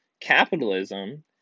capitalism